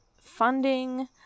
funding